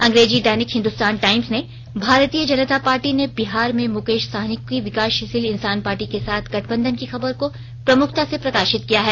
अंग्रेजी दैनिक हिन्दुस्तान टाइम्स ने भारतीय जनता पार्टी ने बिहार में मुकेश साहनी की विकासशील इंसान पार्टी के साथ गठबंधन की खबर को प्रमुखता से प्रकाशित किया है